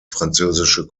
französische